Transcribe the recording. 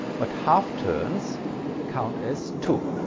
but half turns count as two.